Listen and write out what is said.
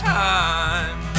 time